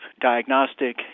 diagnostic